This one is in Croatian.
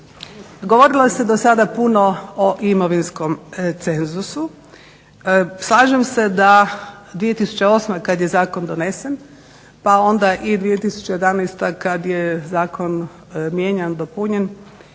Govorilo se do sada puno o imovinskom cenzusu. Slažem se da 2008. kada je zakon donesen, pa onda i 2011. kada je zakon mijenjan, dopunjen